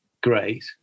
great